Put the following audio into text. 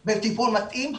מתאים.